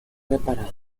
reparado